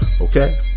Okay